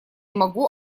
могу